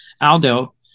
aldo